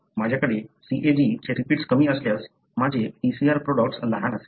माझ्याकडे CAG चे repeats कमी असल्यास माझे PCR प्रॉडक्ट लहान असेल